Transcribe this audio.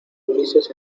ulises